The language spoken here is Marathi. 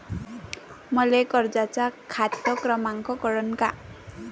मले कर्जाचा खात क्रमांक कळन का?